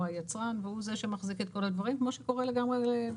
היצרן והוא זה שמחזיק את כל הדברים כמו שקורה באירופה.